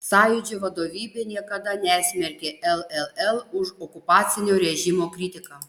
sąjūdžio vadovybė niekada nesmerkė lll už okupacinio režimo kritiką